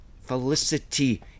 Felicity